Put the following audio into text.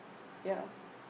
ya